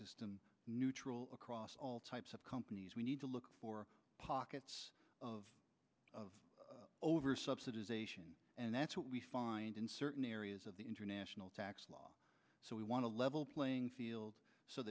system neutral across all types of companies we need to look for pockets of of over subsidization and that's what we find in certain areas of the international tax law so we want a level playing field so